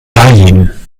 ain